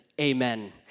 amen